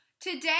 today